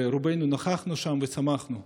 ורובנו נכחנו שם ושמחנו.